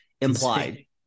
implied